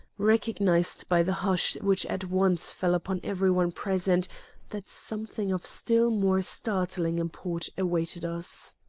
recognized by the hush which at once fell upon every one present that something of still more startling import awaited us.